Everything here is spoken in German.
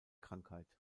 krankheit